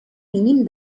mínim